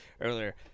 earlier